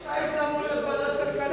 כלי שיט זה אמור להיות ועדת כלכלה.